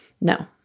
No